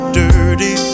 dirty